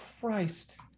Christ